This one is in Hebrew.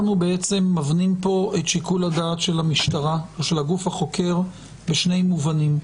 אנחנו מבנים את שיקול הדעת של המשטרה או של הגוף החוקר בשני מובנים: